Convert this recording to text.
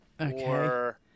Okay